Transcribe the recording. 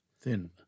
thin